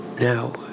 Now